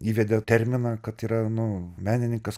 įvedė terminą kad yra nu menininkas